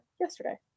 yesterday